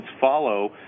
follow